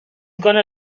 gonna